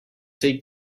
take